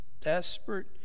desperate